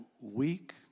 weak